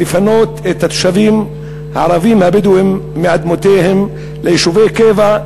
לפנות את התושבים הערבים הבדואים מאדמותיהם ליישובי קבע,